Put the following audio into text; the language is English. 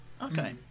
Okay